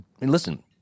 listen